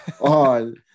on